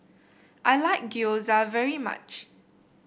I like Gyoza very much